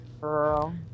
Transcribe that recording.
Girl